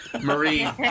Marie